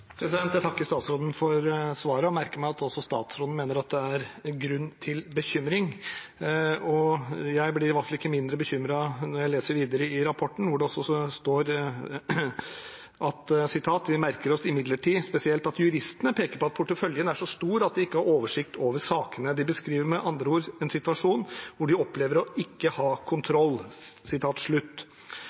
Jeg takker statsråden for svaret, og merker meg at også statsråden mener at det er grunn til bekymring. Jeg blir ikke mindre bekymret når jeg leser videre i rapporten, hvor det også står: «Vi merker oss imidlertid spesielt at juristene peker på at porteføljen er så stor at de ikke har oversikt over sakene. De beskriver med andre ord en situasjon hvor de opplever å ikke ha kontroll.»